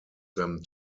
them